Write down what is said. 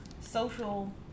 social